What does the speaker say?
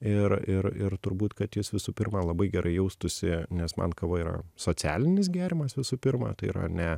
ir ir ir turbūt kad jis visų pirma labai gerai jaustųsi nes man kava yra socialinis gėrimas visų pirma tai yra ne